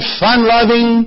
fun-loving